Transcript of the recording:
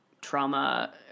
trauma